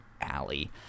alley